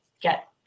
get